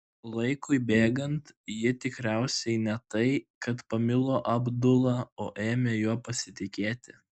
laikui bėgant ji tikriausiai ne tai kad pamilo abdula o ėmė juo pasitikėti